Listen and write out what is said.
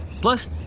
Plus